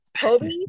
Kobe